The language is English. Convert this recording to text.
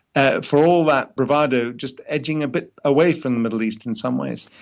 ah for all that bravado, just edging a bit away from the middle east in some ways.